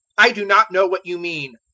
i do not know what you mean.